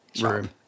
room